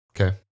Okay